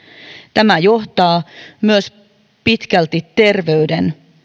tämä johtaa pitkälti myös terveyden